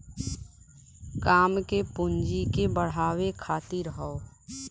काम के पूँजी के बढ़ावे खातिर हौ